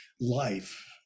life